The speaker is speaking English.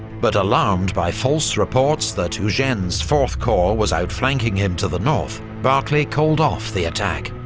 but alarmed by false reports that eugene's fourth corps was outflanking him to the north, barclay called off the attack.